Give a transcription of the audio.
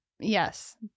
Yes